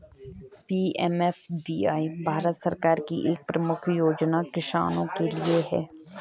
PMFBY Bharat सरकार की एक प्रमुख योजना किसानों के लिए है